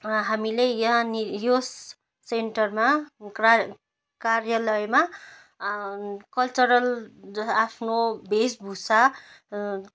हामीले यहाँनेर यस सेन्टरमा कार् कार्यालयमा कल्चरल आफ्नो भेषभूषा